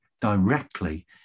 directly